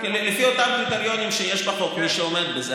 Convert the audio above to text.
לפי אותם קריטריונים שיש בחוק, למי שעומד בזה.